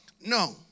No